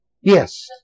Yes